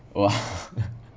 !wah!